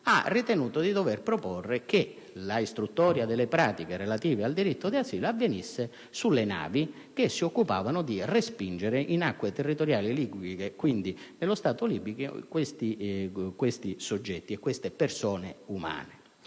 ha ritenuto di dover proporre che l'istruttoria delle pratiche relative al diritto d'asilo avvenisse sulle navi che si occupavano di respingere in acque territoriali libiche, quindi nello Stato libico, quelle persone.